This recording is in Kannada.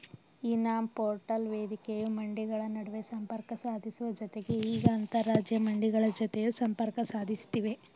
ಇ ನಾಮ್ ಪೋರ್ಟಲ್ ವೇದಿಕೆಯು ಮಂಡಿಗಳ ನಡುವೆ ಸಂಪರ್ಕ ಸಾಧಿಸುವ ಜತೆಗೆ ಈಗ ಅಂತರರಾಜ್ಯ ಮಂಡಿಗಳ ಜತೆಯೂ ಸಂಪರ್ಕ ಸಾಧಿಸ್ತಿವೆ